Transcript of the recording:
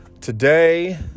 Today